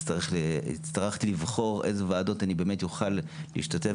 הצטרכתי לבחור באיזה ועדות אני אוכל להשתתף